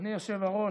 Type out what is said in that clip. אדוני היושב-ראש,